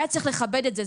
היה צריך לכבד את זה.